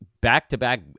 back-to-back